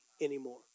anymore